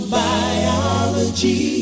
biology